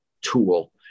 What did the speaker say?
tool